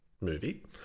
movie